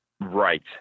Right